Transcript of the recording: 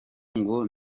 ngo